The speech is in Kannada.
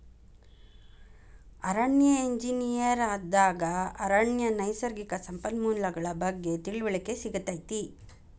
ಅರಣ್ಯ ಎಂಜಿನಿಯರ್ ದಾಗ ಅರಣ್ಯ ನೈಸರ್ಗಿಕ ಸಂಪನ್ಮೂಲಗಳ ಬಗ್ಗೆ ತಿಳಿವಳಿಕೆ ಸಿಗತೈತಿ